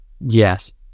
yes